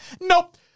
Nope